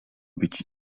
być